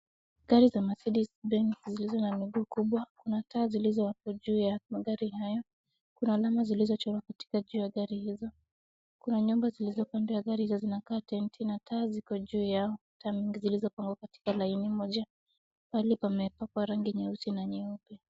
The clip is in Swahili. Gari za Mercedes Benz zilizo na miguu kubwa, kuna taa zilizowekwa juu ya magari hayo. Kuna alama zilizochorwa katika juu ya gari hizo. Kuna nyumba zilizoko kando ya gari hizo na zinakaa tenti , na taa ziko juu yao. Tangi zilizopangwa katika laini moja. Pahali pamepakwa rangi nyeusi na nyeupe.